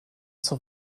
zur